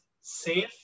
safe